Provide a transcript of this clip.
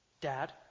dad